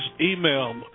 email